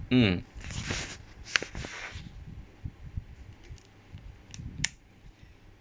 mm